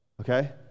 okay